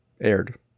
aired